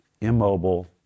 immobile